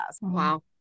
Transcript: wow